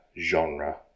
genre